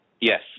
Yes